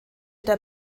der